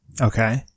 Okay